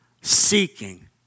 seeking